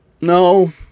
No